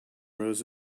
rows